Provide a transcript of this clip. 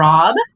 Rob